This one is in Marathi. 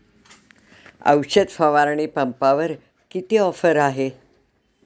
औषध फवारणी पंपावर किती ऑफर आहे?